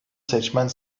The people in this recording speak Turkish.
seçmen